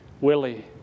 Willie